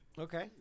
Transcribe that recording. Okay